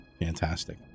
Fantastic